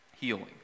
healing